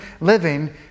living